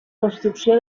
construcció